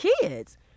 kids